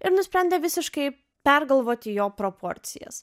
ir nusprendė visiškai pergalvoti jo proporcijas